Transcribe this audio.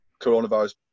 coronavirus